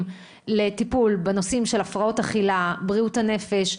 לטיפול בנושאים של הפרעות אכילה ובריאות הנפש,